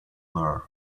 nerve